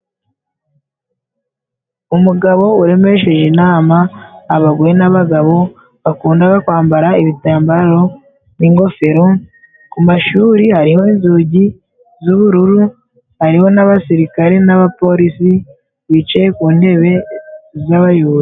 Umugabo waremeshe inama abagore n'abagabo bakundaga kwambara ibitambaro n'ingofero ku mashuri hariho inzugi z'ubururu hariho n'abasirikare n'abapolisi bicaye ku ntebe zabayobora.